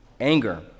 anger